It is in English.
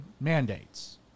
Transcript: mandates